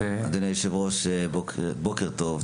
אדוני היושב-ראש בוקר טוב,